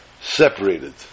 Separated